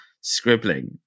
scribbling